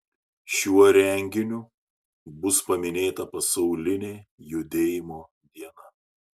šiuo renginiu bus paminėta pasaulinė judėjimo diena